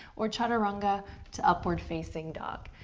or chaturanga to upward facing dog.